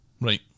Right